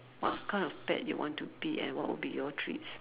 what kind of pet you want to be and what would be your treats